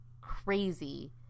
crazy